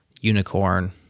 unicorn